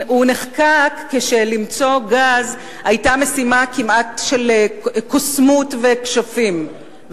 הוא נחקק כשלמצוא גז היה משימה כמעט של קוסמות וכשפים,